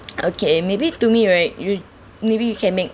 okay maybe to me right you maybe you can make